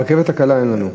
ברכבת הקלה אין לנו,